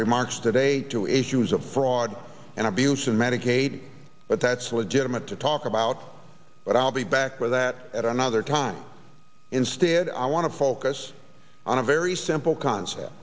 remarks today to issues of fraud and abuse in medicaid but that's legitimate to talk about but i'll be back with that at another time instead i want to focus on a very simple concept